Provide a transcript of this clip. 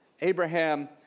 Abraham